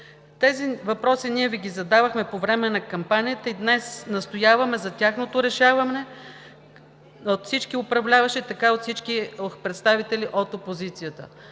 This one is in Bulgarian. Тези въпроси ние Ви ги задавахме по време на кампанията и днес настояваме за тяхното решаване, както от всички управляващи, така и от всички представители на опозицията.“